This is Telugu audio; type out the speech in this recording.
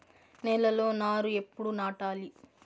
నేలలో నారు ఎప్పుడు నాటాలి?